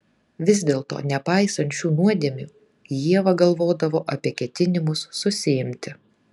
vis dėlto nepaisant šių nuodėmių ieva galvodavo apie ketinimus susiimti